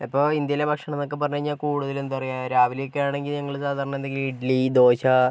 ഇപ്പം ഇന്ത്യയിലെ ഭക്ഷണം എന്നൊക്കെ പറഞ്ഞ് കഴിഞ്ഞാൽ കൂടുതലും എന്താ പറയുക രാവിലെ ഒക്കെ ആണെങ്കിൽ ഞങ്ങള് സാധാരണ എന്തെങ്കിലും ഇഡലീ ദോശ